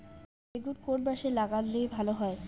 বেগুন কোন মাসে লাগালে ভালো হয়?